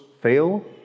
fail